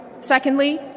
Secondly